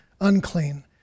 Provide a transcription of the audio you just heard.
unclean